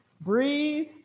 Breathe